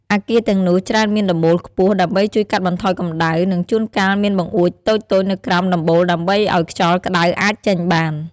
អគារទាំងនោះច្រើនមានដំបូលខ្ពស់ ដើម្បីជួយកាត់បន្ថយកម្ដៅ និងជួនកាលមានបង្អួចតូចៗនៅក្រោមដំបូលដើម្បីឱ្យខ្យល់ក្តៅអាចចេញបាន។